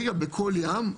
רגע, בכל ים?